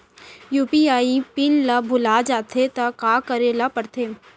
UPI PIN ल भुला जाथे त का करे ल पढ़थे?